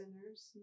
sinners